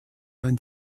ein